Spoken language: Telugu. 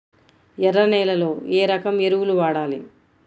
ఎర్ర నేలలో ఏ రకం ఎరువులు వాడాలి?